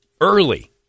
Early